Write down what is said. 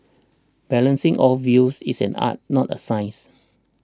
balancing all views is an art not a science